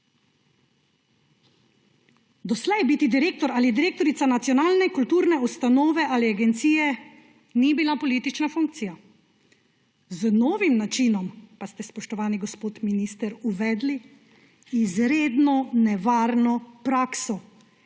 Doslej biti direktor ali direktorica nacionalne kulturne ustanove ali agencije ni bila politična funkcija, z novim načinom pa ste, spoštovani gospod minister, uvedli izredno nevarno prakso,